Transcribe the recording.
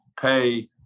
pay